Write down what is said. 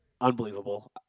unbelievable